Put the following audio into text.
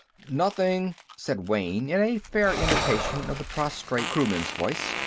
nothing, said wayne, in a fair imitation of the prostrate crewman's voice.